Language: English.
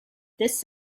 this